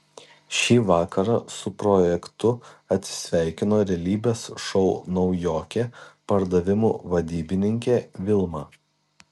šį vakarą su projektu atsisveikino realybės šou naujokė pardavimų vadybininkė vilma